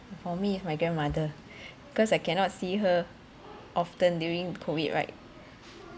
for me if my grandmother cause I cannot see her often during COVID right